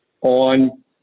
on